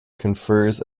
confers